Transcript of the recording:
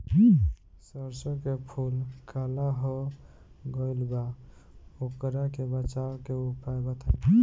सरसों के फूल काला हो गएल बा वोकरा से बचाव के उपाय बताई?